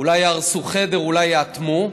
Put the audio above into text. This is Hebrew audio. אולי יהרסו חדר, אולי יאטמו,